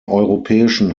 europäischen